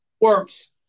works